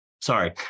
sorry